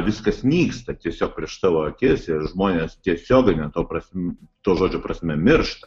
viskas nyksta tiesiog prieš tavo akis ir žmonės tiesiogine to prasme to žodžio prasme miršta